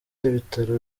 n’ibitaro